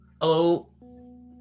Hello